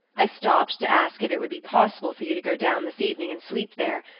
i stopped to ask if it would be possible for you to go down this evening and sleep there,